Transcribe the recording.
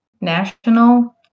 national